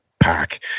pack